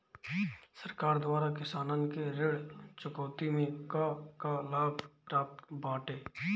सरकार द्वारा किसानन के ऋण चुकौती में का का लाभ प्राप्त बाटे?